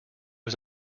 was